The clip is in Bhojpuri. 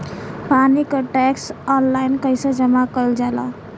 पानी क टैक्स ऑनलाइन कईसे जमा कईल जाला?